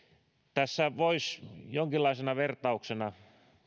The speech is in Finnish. tässä voisi jonkinlaisena vertauksena